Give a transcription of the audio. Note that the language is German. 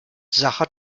sacher